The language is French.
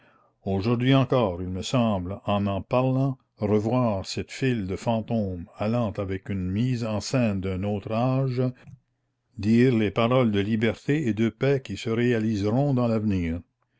aujourd'hui encore il me semble en en parlant revoir cette file de fantômes allant avec une mise en scène d'un autre âge dire les paroles de liberté et de paix qui se réaliseront dans l'avenir